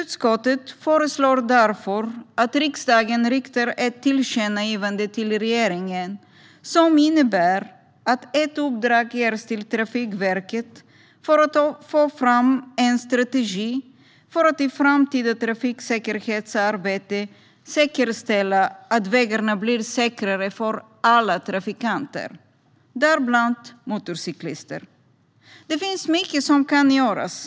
Utskottet föreslår därför att riksdagen ska rikta ett tillkännagivande till regeringen om att Trafikverket ska ges i uppdrag att ta fram en strategi för att i framtida trafiksäkerhetsarbete säkerställa att vägarna blir säkrare för alla trafikanter, även motorcyklister. Det finns mycket som kan göras.